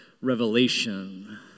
Revelation